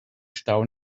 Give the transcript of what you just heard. stau